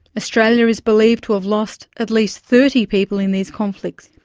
australia is believed to have lost at least thirty people in these conflicts,